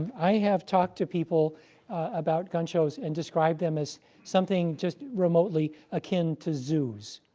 i have talked to people about gun shows and describe them as something just remotely akin to zoos.